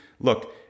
look